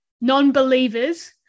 non-believers